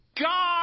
God